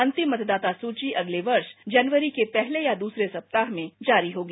अंतिम मतदाता सूची अगले वर्ष जनवरी के पहले या दूसरे सप्ताह में जारी होगी